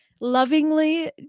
lovingly